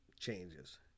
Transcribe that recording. changes